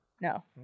No